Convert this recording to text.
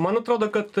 man atrodo kad